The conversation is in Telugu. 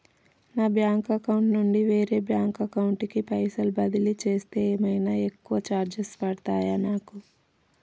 నా బ్యాంక్ అకౌంట్ నుండి వేరే బ్యాంక్ అకౌంట్ కి పైసల్ బదిలీ చేస్తే ఏమైనా ఎక్కువ చార్జెస్ పడ్తయా నాకు?